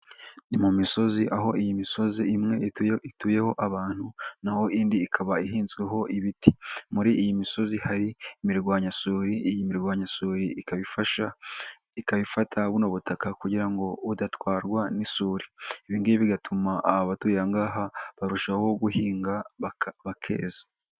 Ni mu misozi aho iyi misozi imwe ituyeho abantu, naho indi ikaba ihinzweho ibiti, muri iyi misozi hari imirwanyasuri, iyi mirwanyasuri ikaba ikaba ifata buno butaka kugira ngo budatwarwa n'isuri, ibi ngibi bigatuma abatuye aha ngaha barushaho guhinga bakeza.